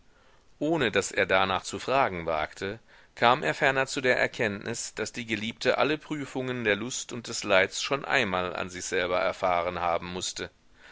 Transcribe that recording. ohne daß er darnach zu fragen wagte kam er ferner zu der erkenntnis daß die geliebte alle prüfungen der lust und des leids schon einmal an sich selber erfahren haben mußte